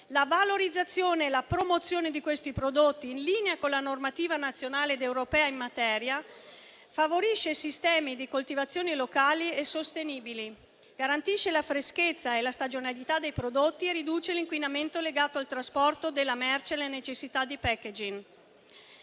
La valorizzazione e la promozione di questi prodotti in linea con la normativa nazionale ed europea in materia favorisce sistemi di coltivazioni locali e sostenibili, garantisce la freschezza e la stagionalità dei prodotti e riduce l'inquinamento legato al trasporto della merce e alla necessità di *packaging*.